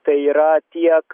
tai yra tiek